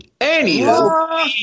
Anywho